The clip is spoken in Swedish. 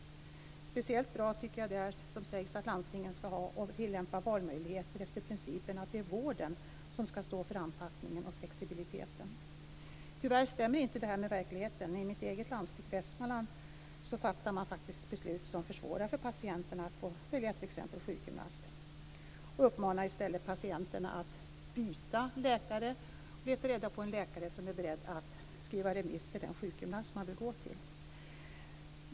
Speciellt bra är det som sägs om att landstingen skall tillämpa valmöjlighet efter principen att det är vården som skall stå för anpassningen och flexibiliteten. Tyvärr stämmer detta inte med verkligheten. I mitt eget landsting Västmanland fattar man faktiskt beslut som försvårar för patienterna när det gäller att välja t.ex. sjukgymnast och uppmanar i stället patienterna att byta läkare och leta reda på en läkare som är beredd att skriva remiss till den sjukgymnast patienten vill gå till.